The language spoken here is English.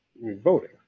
voting